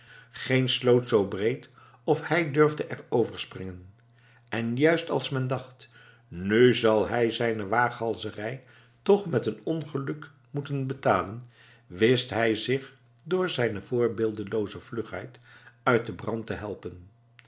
geen sloot zoo breed of hij durfde er over springen en juist als men dacht nu zal hij zijne waaghalzerij toch met een ongeluk moeten betalen wist hij zich door zijne voorbeeldelooze vlugheid uit den brand te helpen